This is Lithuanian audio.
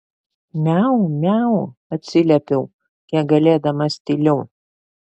miau miau atsiliepiau kiek galėdamas tyliau